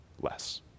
less